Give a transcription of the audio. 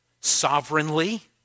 Sovereignly